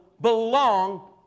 belong